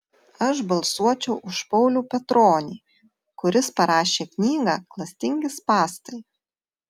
aš balsuočiau už paulių petronį kuris parašė knygą klastingi spąstai